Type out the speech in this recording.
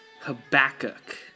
Habakkuk